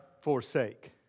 forsake